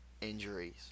Injuries